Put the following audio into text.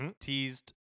teased